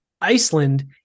Iceland